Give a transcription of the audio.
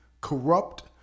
corrupt